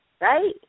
right